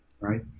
right